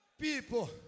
People